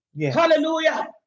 hallelujah